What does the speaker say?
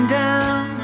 down